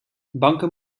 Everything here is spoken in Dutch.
banken